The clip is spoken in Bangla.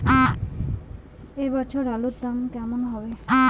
এ বছর আলুর দাম কেমন হবে?